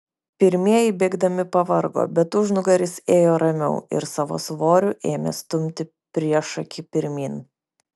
pirmieji bėgdami pavargo bet užnugaris ėjo ramiau ir savo svoriu ėmė stumti priešakį pirmyn